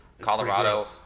Colorado